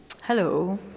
Hello